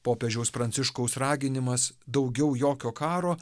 popiežiaus pranciškaus raginimas daugiau jokio karo